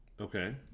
Okay